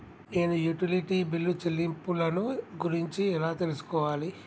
నేను utility bill చెల్లింపులను గురించి ఎలా తెలుసుకోవాలి?